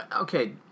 okay